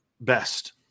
best